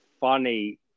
funny